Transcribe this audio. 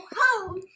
home